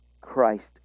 Christ